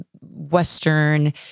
Western